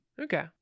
okay